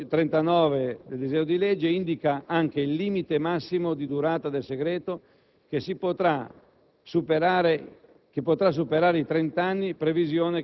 Ulteriore importanza è data dalla introduzione del limite temporale al vincolo di segretezza, che cessa quando sono decorsi quindici anni dalla sua apposizione, ma,